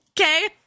Okay